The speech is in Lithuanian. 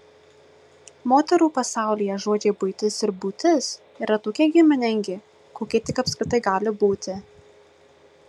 moterų pasaulyje žodžiai buitis ir būtis yra tokie giminingi kokie tik apskritai gali būti